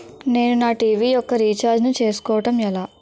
నేను నా టీ.వీ యెక్క రీఛార్జ్ ను చేసుకోవడం ఎలా?